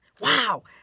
Wow